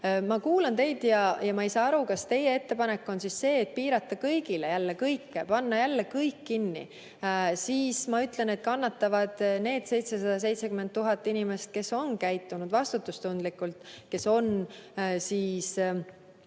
Ma kuulan teid ja ma ei saa aru, kas teie ettepanek on see, et piirata kõigile jälle kõike, panna jälle kõik kinni. Siis, ma ütlen, kannatavad need 770 000 inimest, kes on käitunud vastutustundlikult, kes on ennast